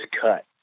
cut